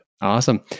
Awesome